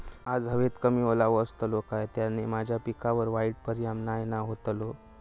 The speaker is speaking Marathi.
आज हवेत कमी ओलावो असतलो काय त्याना माझ्या पिकावर वाईट परिणाम नाय ना व्हतलो?